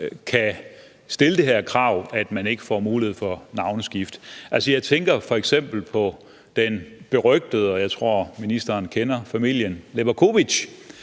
kan stille det her krav, at man ikke får mulighed for navneskift. Jeg tænker f.eks. på den berygtede Levakovicfamilie – og jeg tror, ministeren kender til dem – som